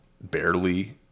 barely